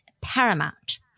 paramount